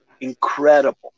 incredible